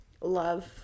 love